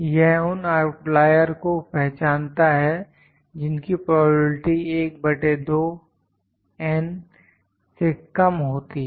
यह उन आउटलायर को पहचानता है जिनकी प्रोबेबिलिटी 1 बटे 2 N से कम होती है